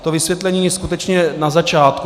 To vysvětlení je skutečně na začátku.